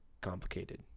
complicated